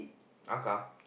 Ahkah